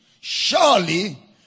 surely